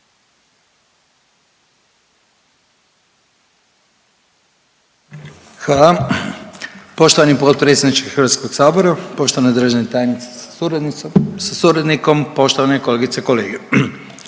Hvala. Poštovani potpredsjedniče HS-a, poštovana državna tajnice sa suradnikom, poštovane kolegice i kolege.